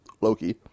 Loki